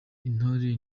intero